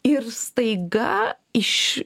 ir staiga iš